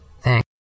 Thanks